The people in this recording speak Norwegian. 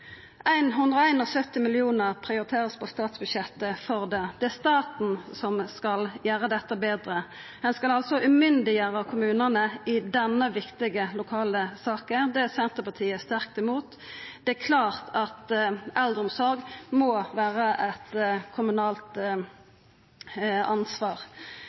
Ein skal altså umyndiggjera kommunane i denne viktige lokale saka. Det er Senterpartiet sterkt imot. Det er klart at eldreomsorga må vera eit kommunalt ansvar.